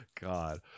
god